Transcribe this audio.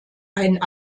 ein